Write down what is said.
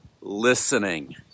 listening